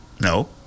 No